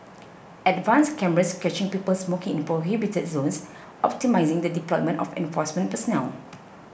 advanced cameras catching people smoking in prohibited zones optimising the deployment of enforcement personnel